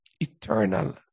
eternal